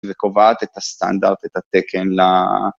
וקובעת את הסטנדרט, את התקן ל...